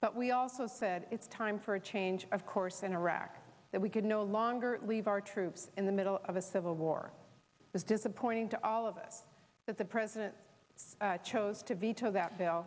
but we also said it's time for a change of course in iraq that we could no longer leave our troops in the middle of a civil war is disappointing to all of us that the president chose to veto that